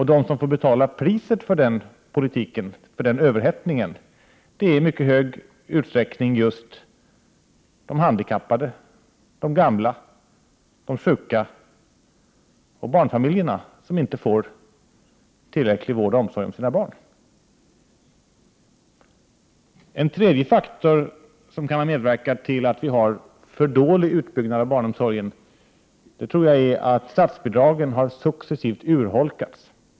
De som får betala priset för den politiken och för överhettningen är i mycket stor utsträckning de handikappade, de gamla, de sjuka och barnfamiljerna, som inte får tillräcklig vård och omsorg för sina barn. En tredje faktor som kan ha medverkat till att vi har en för dåligt utbyggd barnomsorg tror jag är att statsbidragen successivt har urholkats.